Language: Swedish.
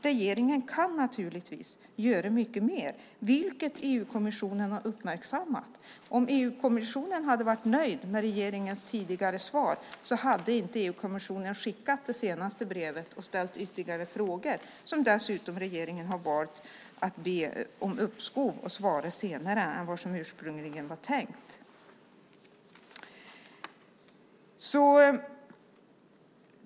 Regeringen kan naturligtvis göra mycket mer, vilket EU-kommissionen har uppmärksammat. Om EU-kommissionen hade varit nöjd med regeringens tidigare svar skulle EU-kommissionen inte ha skickat det senaste brevet och ställt ytterligare frågor. Dessutom har regeringen valt att be om uppskov med svaret, om att få svara senare än som ursprungligen var tänkt.